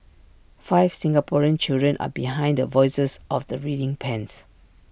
five Singaporean children are behind the voices of the reading pens